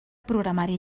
programari